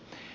puhemies